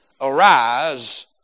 Arise